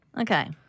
Okay